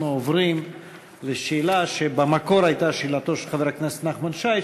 אנחנו עוברים לשאלה שבמקור הייתה שאלתו של חבר הכנסת נחמן שי,